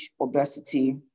obesity